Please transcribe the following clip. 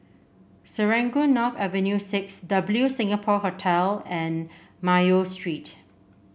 Serangoon North Avenue Six W Singapore Hotel and Mayo Street